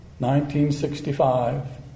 1965